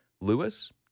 Lewis